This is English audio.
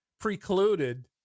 precluded